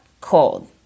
cold